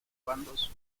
bandos